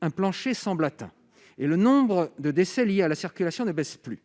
un plancher semble atteint et le nombre de décès liés à la circulation ne baisse plus,